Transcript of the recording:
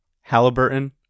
Halliburton